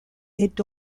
est